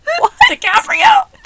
DiCaprio